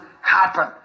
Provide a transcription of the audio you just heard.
happen